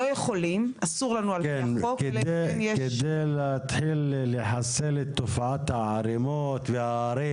כדי להתחיל לחסל את תופעת הערימות וההרים